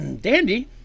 Dandy